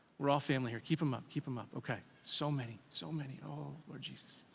we're all family here, keep em up, keep em up. okay, so many, so many, oh, lord jesus.